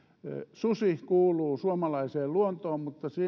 susi kuuluu suomalaiseen luontoon mutta